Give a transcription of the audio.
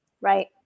right